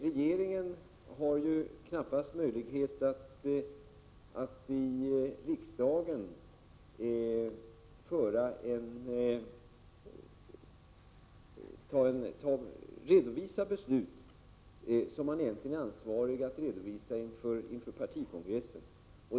Regeringen har ju knappast möjlighet att i riksdagen redovisa en beslutsuppföljning som man egentligen är ansvarig att redovisa inför partikongressen.